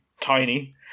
tiny